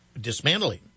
dismantling